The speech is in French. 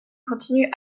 continue